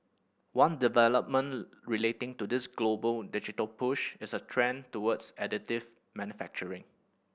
one development relating to this global digital push is a trend towards additive manufacturing